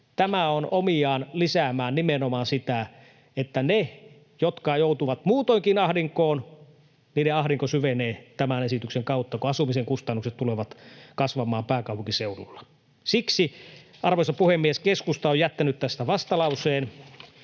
tämä on omiaan lisäämään nimenomaan sitä, että niiden ahdinko, jotka joutuvat muutoinkin ahdinkoon, syvenee tämän esityksen kautta, kun asumisen kustannukset tulevat kasvamaan pääkaupunkiseudulla. Siksi, arvoisa puhemies, keskusta on jättänyt tästä vastalauseen,